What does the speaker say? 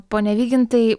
pone vygintai